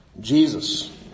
Jesus